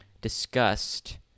discussed